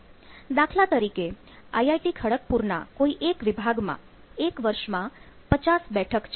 દાખલા તરીકે IIT Kharagpur ના કોઈ એક વિભાગમાં એક વર્ષમાં 50 બેઠક છે